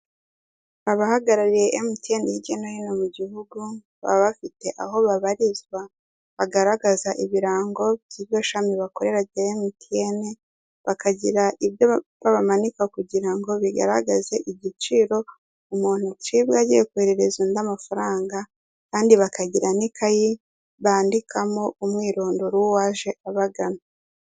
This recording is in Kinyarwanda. Abahagarariye emutiyeni hirya no hino mu gihugu, baba bafite aho babarizwa bagaragaza ibirango by'iryo shami bakorera rya emutiyeni, bakagira ibyapa bamanika kugira ngo bigaragaze igiciro umuntu acibwa agiye kohererereza undi amafaranga kandi bakagira n'ikayi bandikamo umwirondoro w'uwaje abagana.